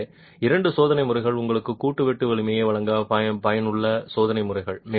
எனவே இரண்டு சோதனை முறைகளும் உங்களுக்கு கூட்டு வெட்டு வலிமையை வழங்க பயனுள்ள சோதனை முறைகள்